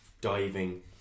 diving